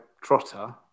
trotter